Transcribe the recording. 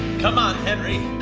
come on henry,